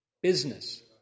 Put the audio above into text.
Business